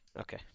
Okay